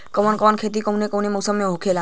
कवन कवन खेती कउने कउने मौसम में होखेला?